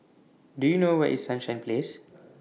Do YOU know Where IS Sunshine Place